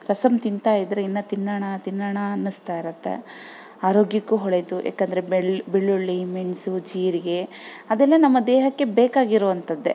ರಸಮ್ ತಿಂತಾಯಿದ್ದರೆ ಇನ್ನೂ ತಿನ್ನೋಣ ತಿನ್ನೋಣ ಅನ್ನಿಸ್ತಾಯಿರತ್ತೆ ಆರೋಗ್ಯಕ್ಕೂ ಒಳ್ಳೆದು ಯಾಕಂದರೆ ಬೆಳ್ ಬೆಳ್ಳುಳ್ಳಿ ಮೆಣಸು ಜೀರಿಗೆ ಅದೆಲ್ಲ ನಮ್ಮ ದೇಹಕ್ಕೆ ಬೇಕಾಗಿರುವಂಥದ್ದೇ